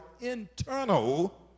internal